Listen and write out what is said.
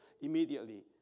immediately